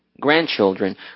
grandchildren